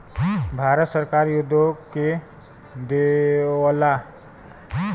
भारत सरकार उद्योग के देवऽला